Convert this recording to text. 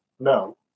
No